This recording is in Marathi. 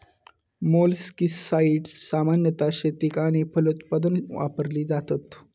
मोलस्किसाड्स सामान्यतः शेतीक आणि फलोत्पादन वापरली जातत